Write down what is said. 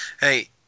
Hey